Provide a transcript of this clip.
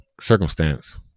circumstance